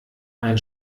ein